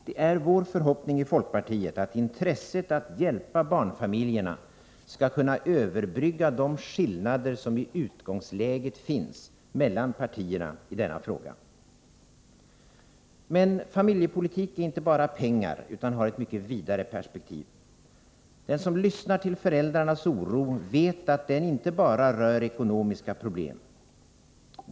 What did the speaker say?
Det är vår förhoppning i folkpartiet att intresset för att hjälpa barnfamiljerna skall kunna överbrygga de skillnader som i utgångsläget finns mellan partierna i denna fråga. Familjepolitik är emellertid inte bara pengar utan har ett mycket vidare perspektiv. Den som lyssnar till föräldrarnas oro vet att den inte bara rör ekonomiska problem.